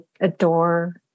adore